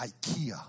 ikea